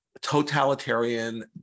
totalitarian